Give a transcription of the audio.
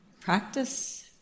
practice